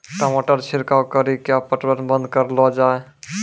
टमाटर छिड़काव कड़ी क्या पटवन बंद करऽ लो जाए?